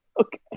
okay